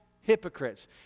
hypocrites